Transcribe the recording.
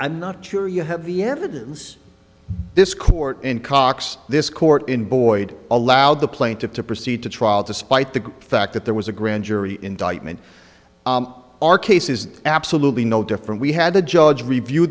i'm not sure you have the evidence this court in cox this court in boyd allowed the plaintiff to proceed to trial despite the fact that there was a grand jury indictment our case is absolutely no different we had a judge review